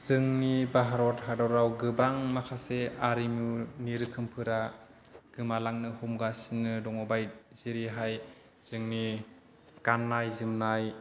जोंनि भारत हादरआव गोबां माखासे आरिमुनि रोखोमफोरा गोमालांनो हमगासिनो दङ जेरैहाय जोंनि गाननाय जोमनाय